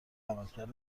عملکرد